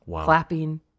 clapping